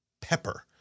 pepper